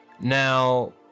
Now